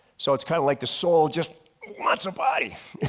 so it's kind of like the soul just wants a body